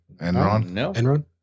Enron